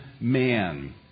man